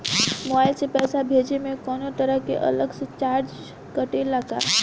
Mobile से पैसा भेजे मे कौनों तरह के अलग से चार्ज कटेला का?